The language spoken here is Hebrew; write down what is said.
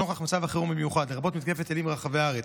לקריאה הראשונה.